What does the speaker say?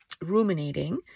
ruminating